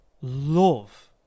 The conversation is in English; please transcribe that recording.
love